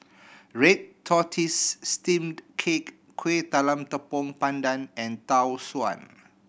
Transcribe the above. red tortoise steamed cake Kueh Talam Tepong Pandan and Tau Suan